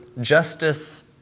justice